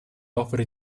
opere